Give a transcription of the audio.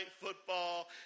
football